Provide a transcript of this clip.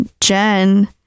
Jen